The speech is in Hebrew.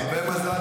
תודה רבה.